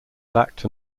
lacked